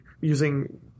using